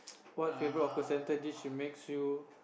what favorite hawker centre dish should makes you